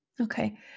Okay